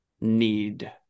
need